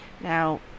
Now